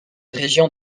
région